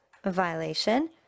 violation